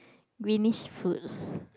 greenish fruits